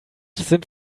sind